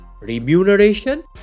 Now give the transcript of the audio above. remuneration